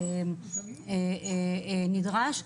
שנדרש.